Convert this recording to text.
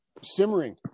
simmering